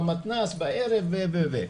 במתנ"ס בערב וכו'.